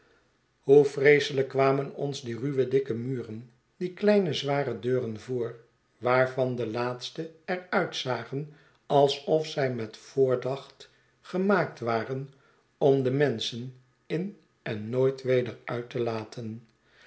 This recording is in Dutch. hoe vreeselijk kwamen ons die ruwe dikkemuren die kleine zware deuren voor waarvan de laatste er uitzagen alsof zij met voordacht gemaakt waren om de menschen in en nooit weder uit te laten